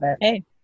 Hey